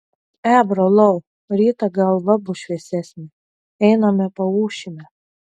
e brolau rytą galva bus šviesesnė einame paūšime